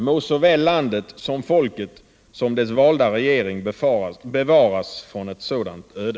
Må såväl landet och folket som dess valda regering bevaras från ett sådant öde.